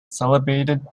celebrated